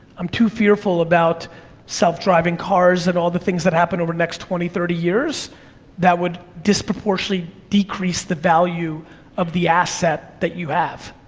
i'm too fearful about self-driving cars and all the things that happen over the next twenty, thirty years that would disproportionately decrease the value of the asset that you have.